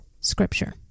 scripture